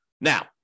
Now